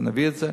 נביא את זה.